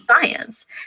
science